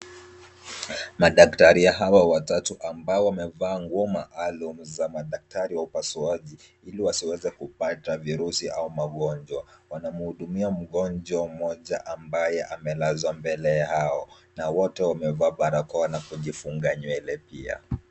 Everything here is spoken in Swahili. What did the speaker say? Madaktari hawa watatu ambao wamevaa nguo maalum za madaktari wa upasuaji, ili wasiweze kupata virusi au magonjwa. Wanamhudumia mgonjwa mmoja ambaye amelazwa mbele yao na wote wamevaa barakoa na kujifunga nywele pia.